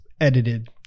edited